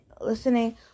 listening